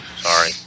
Sorry